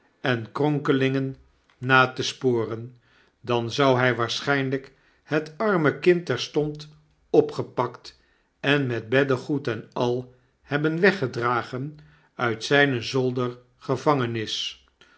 en kronkelingen na te sporen dan zou hij waarschynlyk het arme kind terstond opgepakt en met beddegoed en al hebben weggedragen uit zyne zoldergevangenis